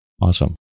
Awesome